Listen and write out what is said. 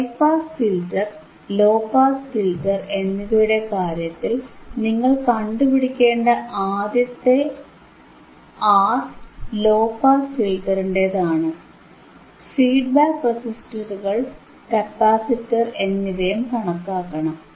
high pass filter low pass filter എന്നിവയുടെ കാര്യത്തിൽ നിങ്ങൾ കണ്ടുപിടിക്കേണ്ട ആദ്യത്തെ ആർ ലോ പാസ് ഫിൽറ്ററിന്റേതാണ് ഫീഡ്ബാക്ക് റെസിസ്റ്ററുകൾ കപ്പാസിറ്റർ എന്നിവയും കണക്കാക്കണം